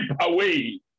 away